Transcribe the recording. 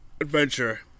adventure